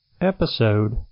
episode